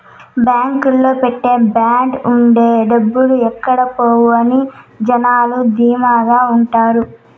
బాంకులో పెట్టే బాండ్ ఉంటే డబ్బులు ఎక్కడ పోవు అని జనాలు ధీమాగా ఉంటారు